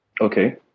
Okay